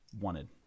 wanted